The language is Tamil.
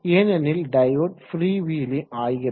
ஏனெனில் டையோடு ஃப்ரீவீலிங் ஆகிறது